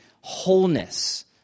wholeness